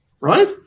right